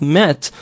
met